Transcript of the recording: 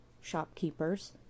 shopkeepers